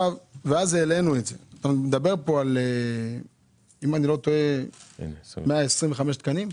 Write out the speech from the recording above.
היום מדובר על 125 תקנים.